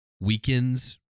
weekend's